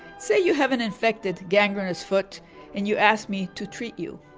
say you haven't infected, gangrenous foot and you ask me to treat you.